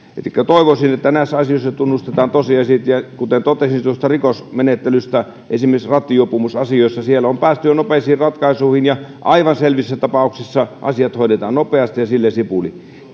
elikkä toivoisin että näissä asioissa tunnustetaan tosiasiat ja kuten totesin rikosmenettelystä esimerkiksi rattijuopumusasioissa siellä on päästy jo nopeisiin ratkaisuihin ja aivan selvissä tapauksissa asiat hoidetaan nopeasti ja sillä sipuli